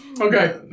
Okay